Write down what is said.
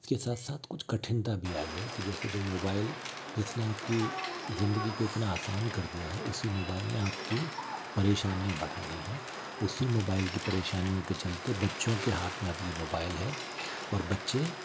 इसके साथ साथ कुछ कठिनता भी आई हैं कि जैसे जो मोबाइल जिस ने आप की ज़िंदगी को इतना आसान कर दिया है उसी मोबाइल ने आप की परेशानियाँ बढ़ा दी हैं उसी मोबाइल की परेशानियों के चलते बच्चों के हाथ में अब ये मोबाइल है और बच्चे